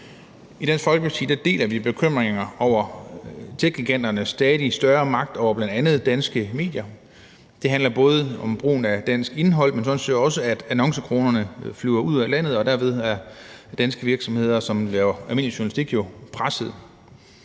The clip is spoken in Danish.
I Dansk Folkeparti deler vi bekymringen over techgiganternes stadig større magt over bl.a. danske medier, og det handler både om brugen af dansk indhold, men sådan set også om, at annoncekronerne flyver ud af landet, og derved er danske virksomheder, som laver almindelig journalistik, jo pressede.